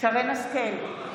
שרן מרים השכל,